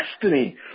destiny